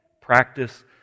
practice